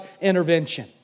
intervention